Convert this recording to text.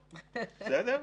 עכשיו,